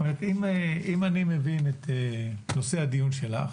אם אני מבין את נושא הדיון שלך,